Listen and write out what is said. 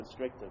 constrictive